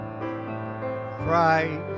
Christ